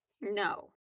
no